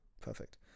Perfect